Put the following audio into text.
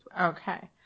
Okay